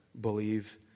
believe